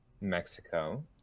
Mexico